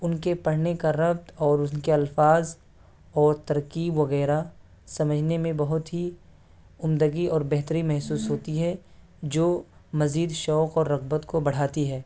ان کے پڑھنے کا ربط اور ان کے الفاظ اور ترکیب وغیرہ سمجھنے میں بہت ہی عمدگی اور بہتری محسوس ہوتی ہے جو مزید شوق اور رغبت کو بڑھاتی ہے